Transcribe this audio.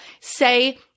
Say